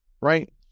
right